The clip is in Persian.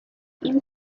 این